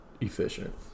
efficient